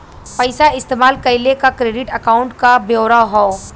पइसा इस्तेमाल कइले क क्रेडिट अकाउंट क ब्योरा हौ